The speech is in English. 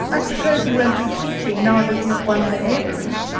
i suppose you won't be teaching now that you've won the avery?